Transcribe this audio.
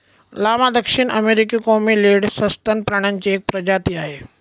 llama दक्षिण अमेरिकी camelid सस्तन प्राण्यांची एक प्रजाती आहे